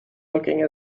looking